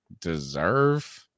deserve